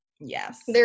Yes